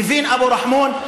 ניבין אבו רחמון.